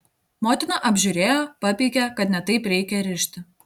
motina apžiūrėjo papeikė kad ne taip reikia rišti